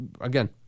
again